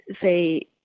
say